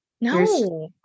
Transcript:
No